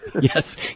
Yes